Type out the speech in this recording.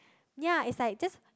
ya it's like just